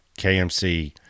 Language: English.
kmc